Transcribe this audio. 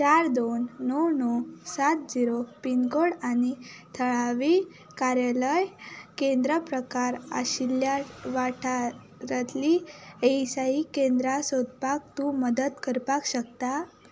चार दोन णव णव सात जिरो पिनकोड आनी थळावी कार्यालय केंद्रा प्रकार आशिल्ल्या वाठारांतलीं एईसाय केंद्रां सोदपाक तूं मदत करपाक शकता